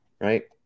right